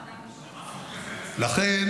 לכן,